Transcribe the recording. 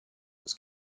was